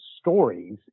stories